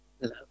Hello